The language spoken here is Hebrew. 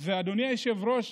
אדוני היושב-ראש,